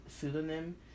pseudonym